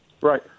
Right